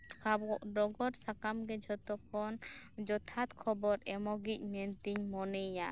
ᱰᱚᱜᱚᱨ ᱥᱟᱠᱟᱢ ᱜᱮ ᱡᱷᱚᱛᱚ ᱠᱷᱚᱱ ᱡᱚᱛᱷᱟᱛ ᱠᱷᱚᱵᱚᱨ ᱮᱢᱚᱜᱤᱡ ᱢᱮᱱᱛᱤᱧ ᱢᱚᱱᱮᱭᱮᱭᱟ